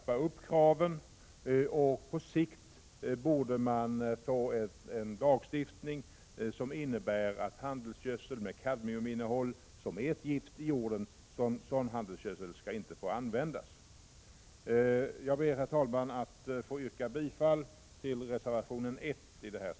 På sikt borde man få en lagstiftning, som innebär att handelsgödsel med innehåll av kadmium, som är ett gift i jorden, inte skall få användas. Herr talman! Jag ber att få yrka bifall till reservation 1.